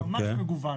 זה ממה מגוון.